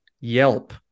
Yelp